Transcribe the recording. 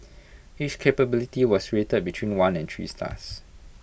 each capability was rate between one and three stars